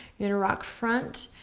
you're gonna rock front.